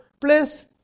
place